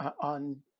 on